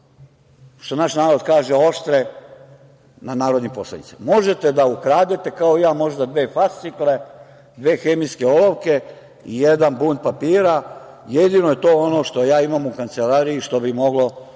što naš narod kaže, oštre na narodnim poslanicima. Možete da ukradete, kao i ja možda, dve fascikle, dve hemijske olovke, jedan bunt papira, jedino je to ono što ja imam u kancelariji što bi moglo